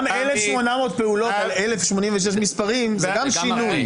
גם 1,800 פעולות על 1,086 מספרים זה גם שינוי.